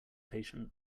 patient